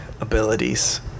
abilities